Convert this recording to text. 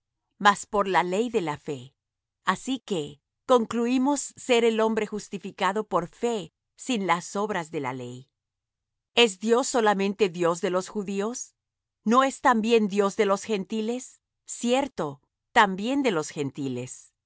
mas por la ley de la fe así que concluímos ser el hombre justificado por fe sin las obras de la ley es dios solamente dios de los judíos no es también dios de los gentiles cierto también de los gentiles